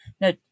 No